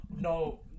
No